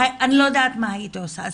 אני לא יודעת מה הייתי עושה.